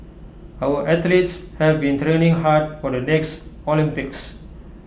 our athletes have been training hard for the next Olympics